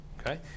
okay